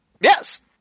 Yes